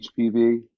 HPV